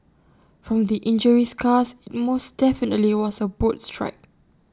from the injury scars IT most definitely was A boat strike